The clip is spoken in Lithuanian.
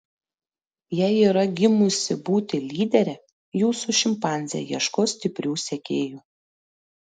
jei yra gimusi būti lydere jūsų šimpanzė ieškos stiprių sekėjų